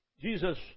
Jesus